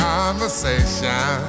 Conversation